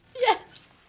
Yes